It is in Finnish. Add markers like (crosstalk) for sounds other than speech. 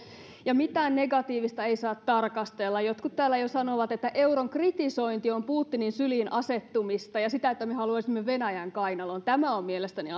ja mitään negatiivista ei saa tarkastella jotkut täällä jo sanovat että euron kritisointi on putinin syliin asettumista ja ja sitä että me haluaisimme venäjän kainaloon tämä on mielestäni (unintelligible)